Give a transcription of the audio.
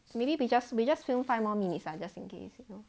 maybe we just we just film five more minutes lah just in case you know